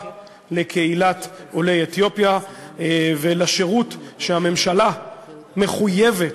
לקהילת עולי אתיופיה ולשירות שהממשלה מחויבת,